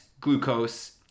glucose